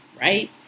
right